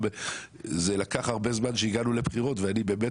זה לקח הרבה זמן שהגענו לבחירות ואני באמת